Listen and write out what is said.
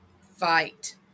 Fight